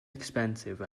expensive